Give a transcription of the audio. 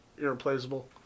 Irreplaceable